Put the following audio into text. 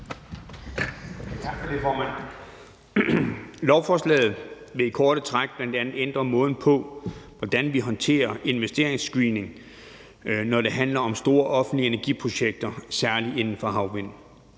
Lovforslaget vil kort fortalt bl.a. ændre måden, hvorpå vi håndterer investeringsscreening, når det handler om store offentlige energiprojekter, særlig inden for havvind.